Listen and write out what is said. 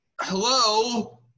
Hello